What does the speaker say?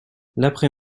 l’après